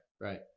Right